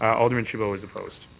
alderman chabot is opposed.